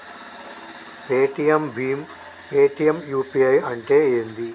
Paytm భీమ్ Paytm UPI అంటే ఏంది?